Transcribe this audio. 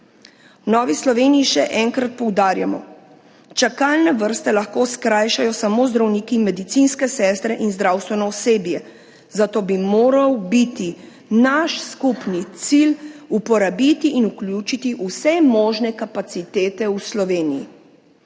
Novi Sloveniji še enkrat poudarjamo: čakalne vrste lahko skrajšajo samo zdravniki, medicinske sestre in zdravstveno osebje, zato bi moral biti naš skupni cilj uporabiti in vključiti vse možne kapacitete v Sloveniji.